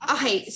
Okay